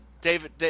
David